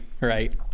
Right